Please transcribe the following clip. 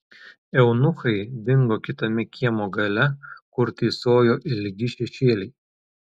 eunuchai dingo kitame kiemo gale kur tįsojo ilgi šešėliai